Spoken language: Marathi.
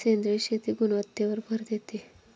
सेंद्रिय शेती गुणवत्तेवर भर देते